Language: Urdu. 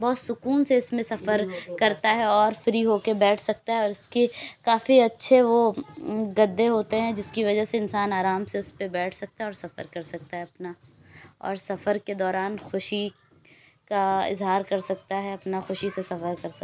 بہت سکون سے اس میں سفر کرتا ہے اور فری ہو کے بیٹھ سکتا ہے اور اس کے کافی اچھے وہ گدے ہوتے ہیں جس کی وجہ سے انسان آرام سے اس پہ بیٹھ سکتا ہے اور سفر کر سکتا ہے اپنا اور سفر کے دوران خوشی کا اظہار کر سکتا ہے اپنا خوشی سے سفر کر سک